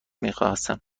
میخواستم